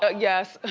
ah yes.